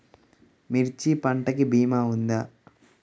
మిర్చి పంటకి భీమా ఉందా?